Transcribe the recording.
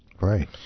Right